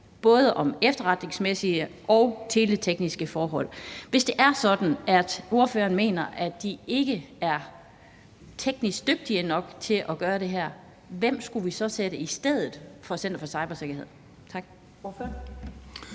både om efterretningsmæssige og teletekniske forhold. Hvis det er sådan, at ordføreren mener, at de ikke er teknisk dygtige nok til at gøre det her, hvem skulle vi så sætte i stedet for Center for Cybersikkerhed? Kl.